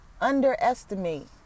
underestimate